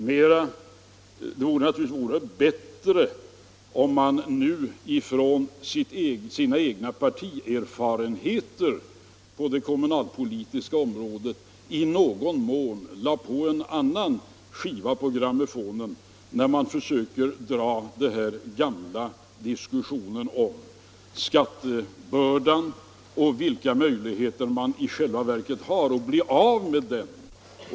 Men det vore naturligtvis mycket bättre om man nu från sina egna partierfarenheter på det kommunalpolitiska området lade på en något annan skiva på grammofonen, när man försöker dra de gamla argumenten om skattebördan och vilka möjligheter det i själva verket finns att bli av med den.